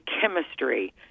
chemistry